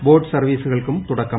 boat സർവ്വീസുകൾക്കും തുടക്കം